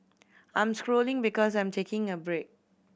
I am scrolling because I am taking a break